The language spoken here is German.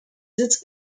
sitz